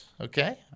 Okay